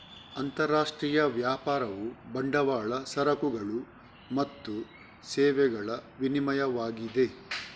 ಅಂತರರಾಷ್ಟ್ರೀಯ ವ್ಯಾಪಾರವು ಬಂಡವಾಳ, ಸರಕುಗಳು ಮತ್ತು ಸೇವೆಗಳ ವಿನಿಮಯವಾಗಿದೆ